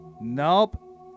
Nope